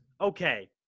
okay